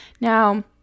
Now